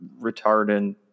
retardant